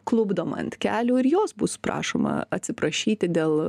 klupdoma ant kelių ir jos bus prašoma atsiprašyti dėl